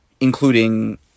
including